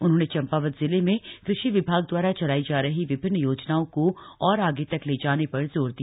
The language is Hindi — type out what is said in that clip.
उन्होंने चम्पावत ज़िले में कृषि विभाग द्वारा चलाई जा रही विभिन्न योजनाओं को और आगे तक ले जाने पर जोर दिया